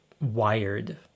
wired